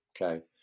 Okay